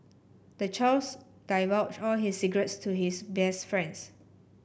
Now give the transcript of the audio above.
the child's divulged all his secrets to his best friends